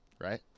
Right